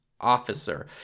officer